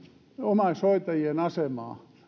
omaishoitajien asemaa